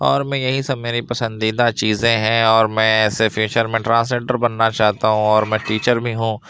اور میں یہی سب میری پسندیدہ چیزیں ہیں اور میں ایسے فیوچر میں ٹرانسلیٹر بننا چاہتا ہوں اور میں ٹیچر بھی ہوں